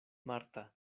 marta